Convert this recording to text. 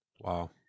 Wow